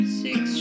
six